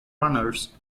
runners